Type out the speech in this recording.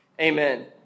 Amen